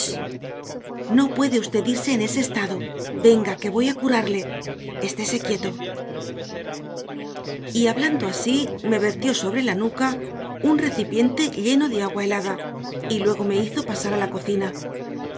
no puede usted irse en ese estado venga que voy a curarle estése quieto y hablando así me vertió sobre la nuca un recipiente lleno de agua helada y luego me hizo pasar a la cocina